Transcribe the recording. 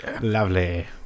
Lovely